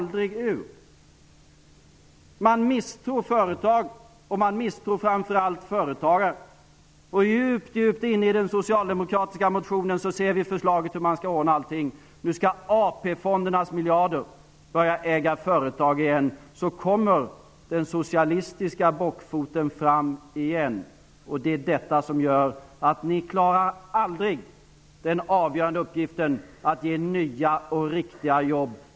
Socialdemokraterna misstror företag och framför allt företagare. Djupt inne i den socialdemokratiska motionen ser vi förslaget om hur allting skall ordnas. Nu skall AP-fonderna åter äga företag. Den socialistiska bockfoten kommer fram igen. Detta gör att ni aldrig klarar den avgörande uppgiften att skapa nya och riktiga jobb.